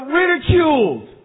ridiculed